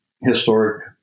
historic